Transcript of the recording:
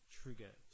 trigger